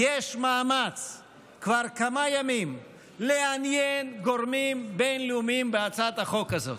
יש מאמץ כבר כמה ימים לעניין גורמים בין-לאומיים בהצעת החוק הזאת.